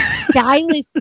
stylist